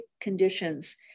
conditions